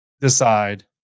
decide